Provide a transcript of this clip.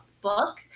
book